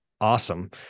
awesome